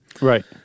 Right